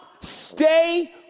stay